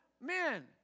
men